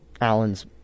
Allen's